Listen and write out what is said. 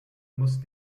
muss